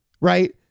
right